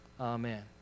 Amen